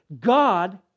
God